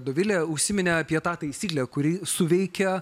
dovilė užsiminė apie tą taisyklę kuri suveikia